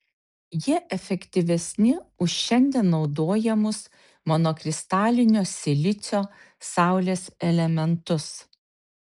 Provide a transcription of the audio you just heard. jie efektyvesni už šiandien naudojamus monokristalinio silicio saulės elementus